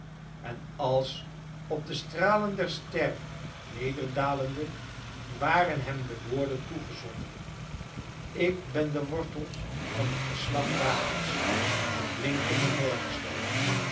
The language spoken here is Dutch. en als op de stralen der ster nederdalende waren hem de woorden toegezonden ik ben de wortel van het geslacht davids de blinkende